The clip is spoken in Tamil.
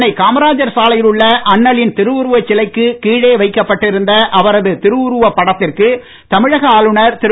சென்னை காமராஜர் சாலையில் உள்ள அண்ணலின் திருவுருவச் சிலைக்கு கீழே வைக்கப்பட்டிருந்த அவரது திருவுருவப் படத்திற்கு தமிழக ஆளுநர் திரு